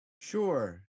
Sure